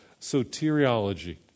soteriology